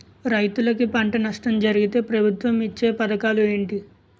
రైతులుకి పంట నష్టం జరిగితే ప్రభుత్వం ఇచ్చా పథకాలు ఏంటి?